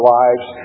lives